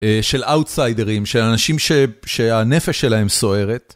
של אאוטסיידרים, של אנשים ש.. שהנפש שלהם סוערת.